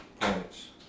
Points